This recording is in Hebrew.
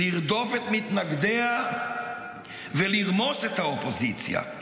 לרדוף את מתנגדיה ולרמוס את האופוזיציה.